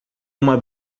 uma